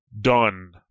done